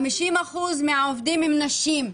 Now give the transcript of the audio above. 50% מהעובדים הן נשים.